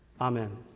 Amen